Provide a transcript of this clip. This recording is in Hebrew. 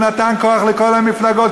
הוא נתן כוח לכל המפלגות,